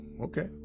okay